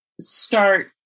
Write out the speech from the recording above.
start